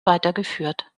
weitergeführt